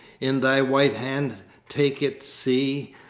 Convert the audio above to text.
in thy white hand take it, see!